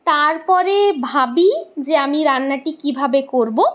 তারপরে ভাবি যে আমি রান্নাটি কীভাবে করব